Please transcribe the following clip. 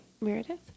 Meredith